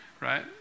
Right